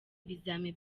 ibizamini